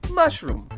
mushroom.